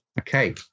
Okay